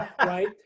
right